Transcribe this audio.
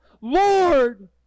Lord